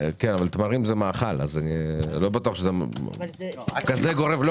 תמרים זה מאכל אז לא בטוח שזה כזה גורם.